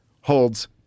holds –